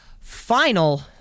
final